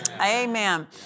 Amen